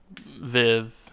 viv